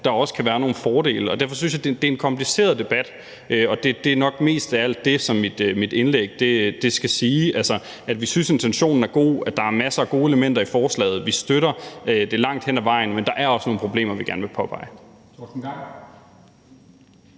der kan være nogle fordele. Derfor synes jeg, det er en kompliceret debat, og det er nok mest af alt det, som mit indlæg skal sige, altså at vi synes, at intentionen er god, at der er masser af gode elementer i forslaget, og at vi støtter det langt hen ad vejen, men at der også er nogle problemer, vi gerne vil påpege.